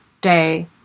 day